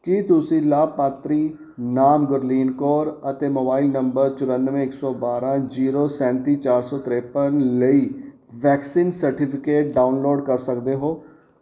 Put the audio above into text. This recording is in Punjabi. ਕੀ ਤੁਸੀਂ ਲਾਭਪਾਤਰੀ ਨਾਮ ਗੁਰਲੀਨ ਕੌਰ ਅਤੇ ਮੋਬਾਈਲ ਨੰਬਰ ਚੁਰਾਨਵੇਂ ਇੱਕ ਸੌ ਬਾਰਾਂ ਜੀਰੋ ਸੈਂਤੀ ਚਾਰ ਸੌ ਤਰੇਪਨ ਲਈ ਵੈਕਸੀਨ ਸਰਟੀਫਿਕੇਟ ਡਾਊਨਲੋਡ ਕਰ ਸਕਦੇ ਹੋ